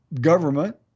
government